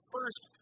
First